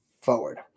forward